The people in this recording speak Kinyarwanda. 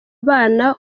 abana